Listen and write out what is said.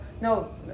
no